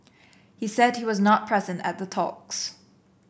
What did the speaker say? he said he was not present at the talks